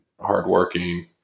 hardworking